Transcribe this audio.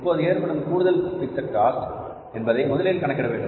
இப்போது ஏற்படும் கூடுதல் பிக்ஸட் காஸ்ட் என்பதை முதலில் கணக்கிட வேண்டும்